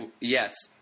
Yes